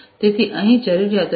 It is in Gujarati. તેથી અહીં જરૂરિયાતો 99